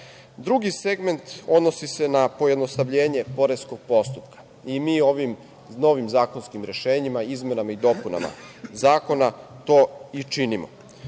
segment odnosi se na pojednostavljenje poreskog postupka i mi ovim novim zakonskim rešenjima, izmenama i dopunama zakona to i činimo.